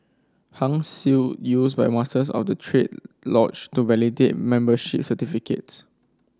Hung Seal used by Masters of the triad lodge to validate membership certificates